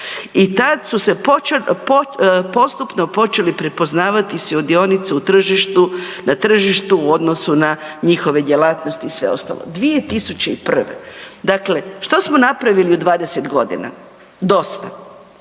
i tad su se postupno počeli prepoznavati sudionici na tržištu u odnosu na njihove djelatnosti i sve ostalo, 2001.. Dakle, što smo napravili u 20.g.? Dosta.